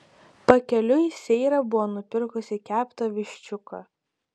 pakeliui seira buvo nupirkusi keptą viščiuką